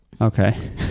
Okay